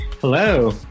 Hello